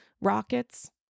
rockets